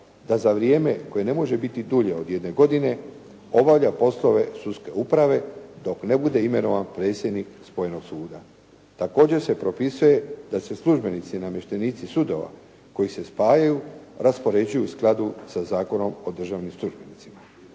da za vrijeme koje ne može biti dulje od jedne godine obavlja poslove sudske uprave dok ne bude imenovan predsjednik spojenog suda. Također se propisuje da se službenici i namještenici sudova koji se spajaju raspoređuju u skladu sa Zakonom o državnim službenicima.